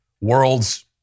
world's